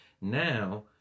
Now